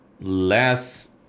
less